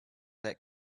that